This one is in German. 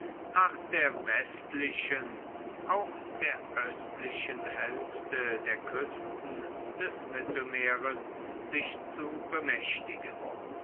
nach der westlichen auch der östlichen hälfte der küsten des mittelmeeres sich zu bemächtigen